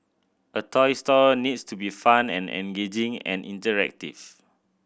a toy store needs to be fun and engaging and interactive